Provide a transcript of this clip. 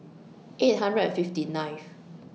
eight hundred and fifty nine